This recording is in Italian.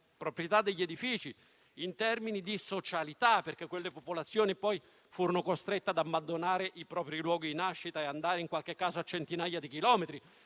proprietà degli edifici, di socialità. Quelle popolazioni poi furono costrette ad abbandonare i propri luoghi di nascita e andare in qualche casa a centinaia di chilometri